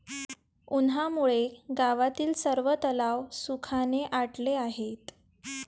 उन्हामुळे गावातील सर्व तलाव सुखाने आटले आहेत